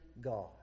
God